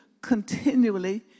continually